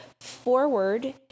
forward